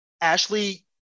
Ashley